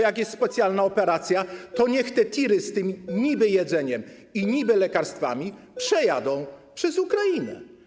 Jak jest specjalna operacja, to niech te tiry z tym niby - jedzeniem i niby - lekarstwami przejadą przez Ukrainę.